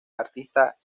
artista